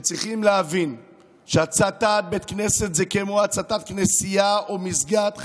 שצריכים להבין שהצתת בית כנסת זה כמו הצתת כנסייה או מסגד,